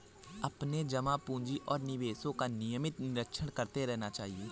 अपने जमा पूँजी और निवेशों का नियमित निरीक्षण करते रहना चाहिए